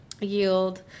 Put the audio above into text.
yield